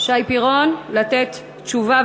שי פירון לתת תשובה,